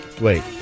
Wait